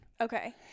Okay